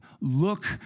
Look